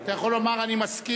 אתה יכול לומר "אני מסכים",